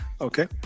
Okay